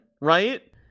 right